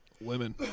Women